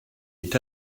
est